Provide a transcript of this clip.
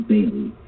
Bailey